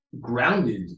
grounded